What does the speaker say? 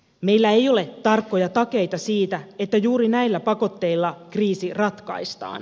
meillä ei ole tarkkoja takeita siitä että juuri näillä pakotteilla kriisi ratkaistaan